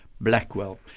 Blackwell